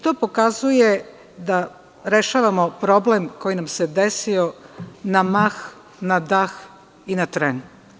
To pokazuje da rešavamo problem koji nam se desio na mah, na dah i na tren.